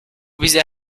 bizi